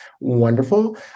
wonderful